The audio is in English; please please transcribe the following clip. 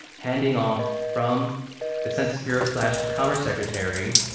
handing off from the census bureau, slash commerce secretary,